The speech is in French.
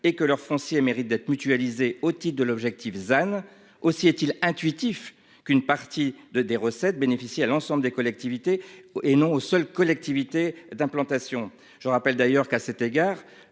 et que leur foncier mérite d'être mutualisé au titre de l'objectif ZAN, aussi est-il intuitif qu'une partie des recettes bénéficie à l'ensemble des collectivités territoriales et non aux seules collectivités d'implantation. Je rappelle, à cet égard,